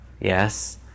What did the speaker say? Yes